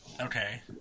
Okay